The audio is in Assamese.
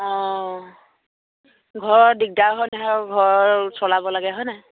অঁ ঘৰৰ দিগদাৰ ঘৰ চলাব লাগে হয় নাই